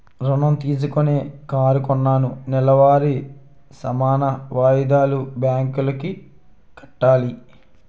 ఋణం తీసుకొని కారు కొన్నాను నెలవారీ సమాన వాయిదాలు బ్యాంకు కి కట్టాలి